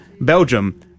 Belgium